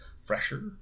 fresher